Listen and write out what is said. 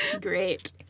Great